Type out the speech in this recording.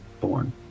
born